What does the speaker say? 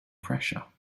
pressure